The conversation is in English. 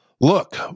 Look